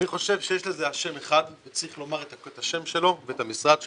אני חושב שיש לזה אשם אחד וצריך לומר את השם שלו ואת המשרד שלו,